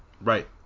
Right